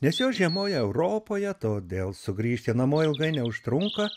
nes jos žiemoja europoje todėl sugrįžti namo ilgai neužtrunka